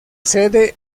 sede